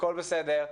הכל בסדר.